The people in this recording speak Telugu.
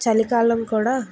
చలికాలం కూడా